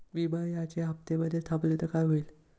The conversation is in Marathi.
विम्याचे हफ्ते मधेच थांबवले तर काय होते?